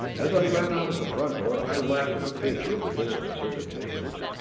as i ran out of the front door i laughed at the picture of their disconcerted faces.